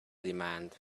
demand